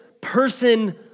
person